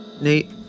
Nate